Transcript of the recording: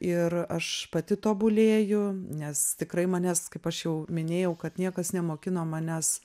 ir aš pati tobulėju nes tikrai manęs kaip aš jau minėjau kad niekas nemokino manęs